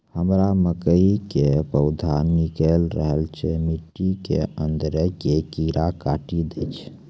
हमरा मकई के पौधा निकैल रहल छै मिट्टी के अंदरे से कीड़ा काटी दै छै?